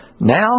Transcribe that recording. Now